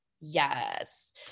Yes